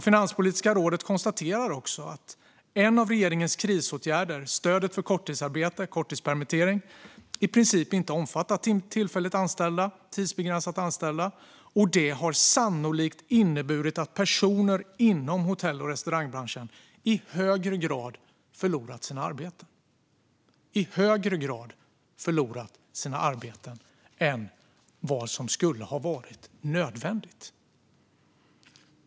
Finanspolitiska rådet konstaterar också att en av regeringens krisåtgärder, stödet för korttidsarbete och korttidspermittering, i princip inte omfattat tillfälligt och tidsbegränsat anställda och att det sannolikt har inneburit att personer inom hotell och restaurangbranschen förlorat sina arbeten i högre grad än vad som skulle ha varit nödvändigt.